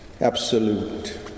Absolute